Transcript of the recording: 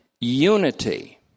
unity